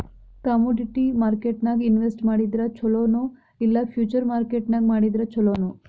Commodity ಮಾರ್ಕೆಟ್ನ್ಯಾಗ್ invest ಮಾಡಿದ್ರ ಛೊಲೊ ನೊ ಇಲ್ಲಾ ಫ್ಯುಚರ್ ಮಾರ್ಕೆಟ್ ನ್ಯಾಗ್ ಮಾಡಿದ್ರ ಛಲೊನೊ?